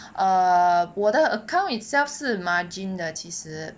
err 我的 account itself 是 margin 的其实